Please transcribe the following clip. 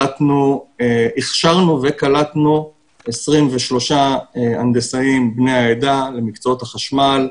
הכשרנו וקלטנו 23 הנדסאים בני העדה למקצועות החשמל.